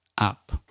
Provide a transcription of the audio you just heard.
Up